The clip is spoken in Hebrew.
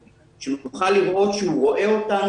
שנוכל לראות שהוא רואה אותנו,